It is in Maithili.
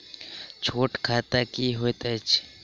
छोट खाता की होइत अछि